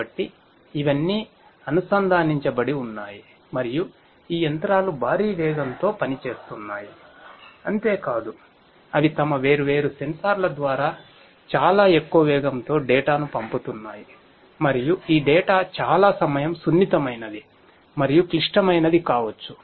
కాబట్టి ఇవన్నీ అనుసంధానించబడి ఉన్నాయి మరియు ఈ యంత్రాలు భారీ వేగంతో పనిచేస్తున్నాయి అంతే కాదు అవి తమ వేర్వేరు సెన్సార్ల ద్వారా చాలా ఎక్కువ వేగంతో డేటా చాలా సమయం సున్నితమైనది మరియుక్లిష్టమైనదికావచ్చు